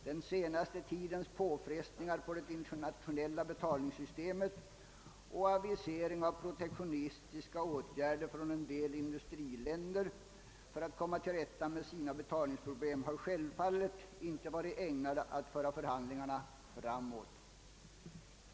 Den senaste tidens påfrestningar på det internationella betalningssystemet och aviseringen av protektionistiska åtgärder från en del industriländer för att komma till rätta med deras betalningsproblem har självfallet inte varit ägnade att föra förhandlingarna framåt.